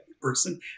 person